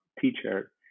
teacher